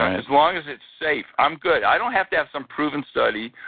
as long as it's safe, i'm good. i don't have to have some proven study.